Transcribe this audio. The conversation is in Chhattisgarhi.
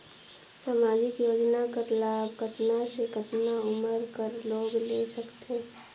समाजिक योजना कर लाभ कतना से कतना उमर कर लोग ले सकथे?